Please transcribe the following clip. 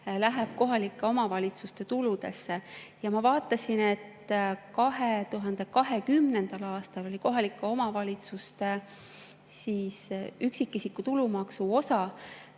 läheb kohalike omavalitsuste tuludesse. Ja ma vaatasin, et 2020. aastal oli kohalike omavalitsuste üksikisiku tulumaksu osa